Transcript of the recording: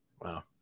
wow